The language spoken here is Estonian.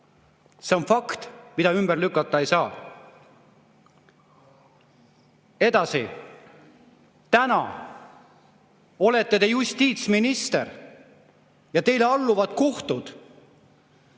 See on fakt, mida ümber lükata ei saa. Edasi. Täna olete te justiitsminister ja teile alluvad kohtud.